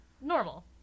normal